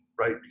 right